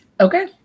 okay